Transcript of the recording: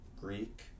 Greek